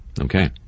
Okay